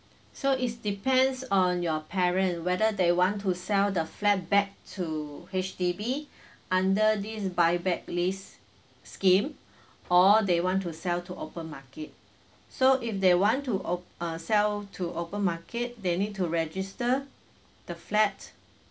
so it's depends on your parent whether they want to sell the flat back to H_D_B under this buyback lease scheme or they want to sell to open market so if they want to op~ uh sell to open market they need to register the flat